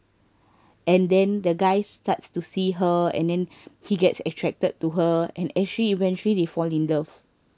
and then the guy starts to see her and then he gets attracted to her and actually eventually they fall in love